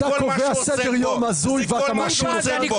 אתה קובע סדר יום הזוי ואתה מאשים אותנו?